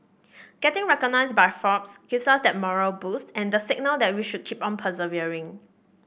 getting recognised by Forbes gives us that morale boost and the signal that we should keep on persevering